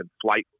flight